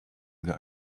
that